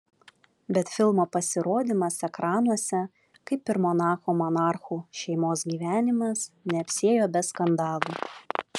bet filmo pasirodymas ekranuose kaip ir monako monarchų šeimos gyvenimas neapsiėjo be skandalų